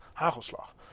Hagelslag